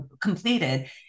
completed